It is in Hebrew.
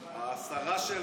השרה של